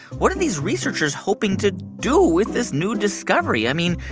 what are these researchers hoping to do with this new discovery? i mean,